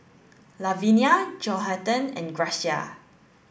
Lavinia Johathan and Gracia